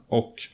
och